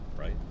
right